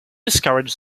discourage